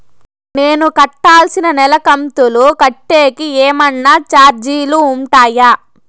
నేను కట్టాల్సిన నెల కంతులు కట్టేకి ఏమన్నా చార్జీలు ఉంటాయా?